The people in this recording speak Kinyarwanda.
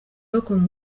bakora